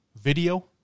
video